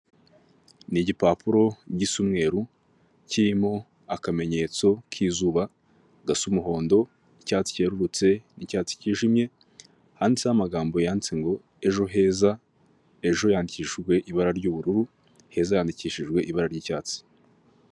Ni igipapuro gisa umweruru kirimo akamenyetso k'izuba gasa umuhondo icyatsi cyerurutse n'icyatsi kijimye handitseho amagambo yanditse ngo ejo heza, ejo yandikishijwe ibara ry'ubururu heza handikishijwe ibara ry'icyatsi.